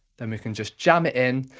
then we can just jam it in.